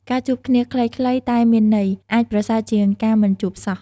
ការជួបគ្នាខ្លីៗតែមានន័យ អាចប្រសើរជាងការមិនជួបសោះ។